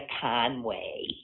Conway